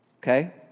okay